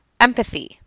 empathy